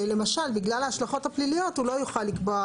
למשל בגלל ההשלכות הפליליות הוא לא יוכל לקבוע,